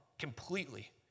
completely